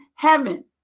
Heaven